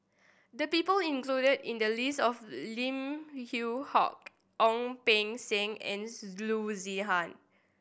the people included in the list are Lim Yew Hock Ong Beng Seng and Loo Zihan